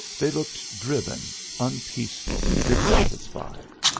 they looked driven, unpeaceful, dissatisfied.